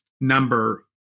number